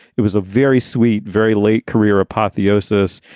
it was a very sweet, very late career apotheosis.